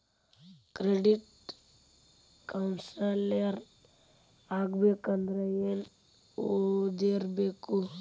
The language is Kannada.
ಕ್ರೆಡಿಟ್ ಕೌನ್ಸಿಲರ್ ಆಗ್ಬೇಕಂದ್ರ ಏನ್ ಓದಿರ್ಬೇಕು?